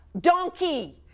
donkey